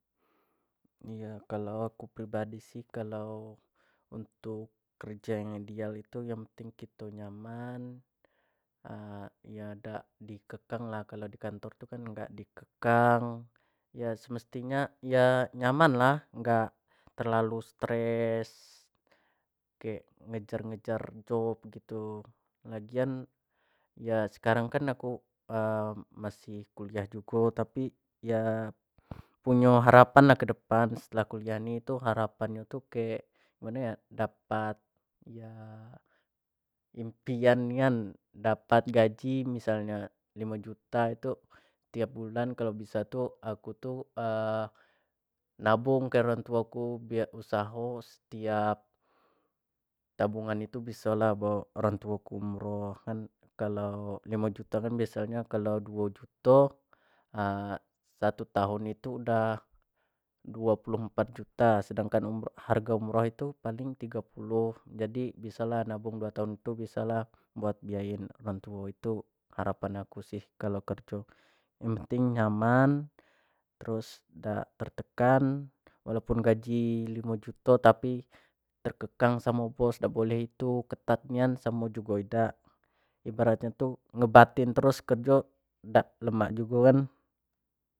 Iyo kalau aku pribadi sih kalau untuk kerja yang ideal itu yang penting kito nyaman iyo dak di kekang lah kalau di kantor tu ya di kekang ya semesti nyo ya nyaman lah dak terlalu stress, kek ngejar-ngejar hidup gitu, lagian ya sekarang kan aku masih kuliah jugo tapi ya punyo harapan lah kedepan setelah kuliah ni harapan nyo kek gimano yo dapat ya impian nian dapat gaji missal nyo limo juta itu tiap bulan tu kalau bisa akuntu nabung ke orang tuo aku biar usaho setiap tabungan biso lah bawa orang tuo aku tu umroh, kan kalau limo juta kan bisa nyo kalo duo juto satu tahun itu udah duo puluh empat juta, sedangkan hargo umroh tu paling tiga puluh jadi bisa nabung buat orang tuo, biso lah buat biayain orang tuo itu harapan aku sih, yang penting nyaman, terus dak tertekan walaupun gaji limo juto tapi tertekan amo bos dak boleh itu ketat nian amo jugo idak, ibarat tu ngebathin terus kerjo dak lemak jugo kan.